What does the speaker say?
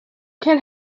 can